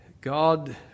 God